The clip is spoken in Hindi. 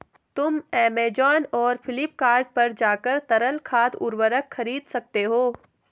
तुम ऐमेज़ॉन और फ्लिपकार्ट पर जाकर तरल खाद उर्वरक खरीद सकते हो